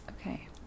Okay